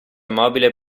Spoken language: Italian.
mobile